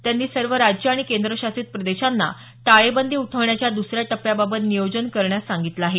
त्यांनी सर्व राज्य आणि केंद्रशासित प्रदेशांना टाळेबंदी उठवण्याच्या द्सऱ्या टप्प्याबाबत नियोजन करण्यास सांगितलं आहे